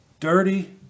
Dirty